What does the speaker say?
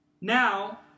Now